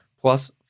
plus